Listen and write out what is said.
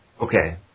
Okay